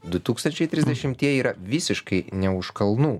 du tūkstančiai trisdešimtieji yra visiškai ne už kalnų